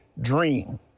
dream